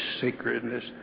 sacredness